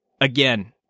again